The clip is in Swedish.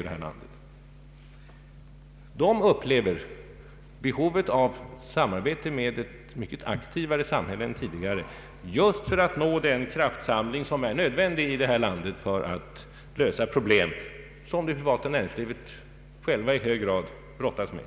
Industrin upplever behovet av samarbete med ett mycket aktivare samhälle än tidigare just för att nå den kraftsamling som är nödvändig för att lösa de probiem som det privata näringslivet i hög grad brottas med.